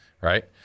Right